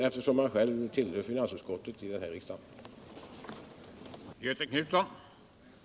eftersom han själv sitter med i riksdagens finansutskolt.